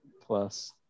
Plus